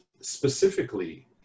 specifically